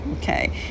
okay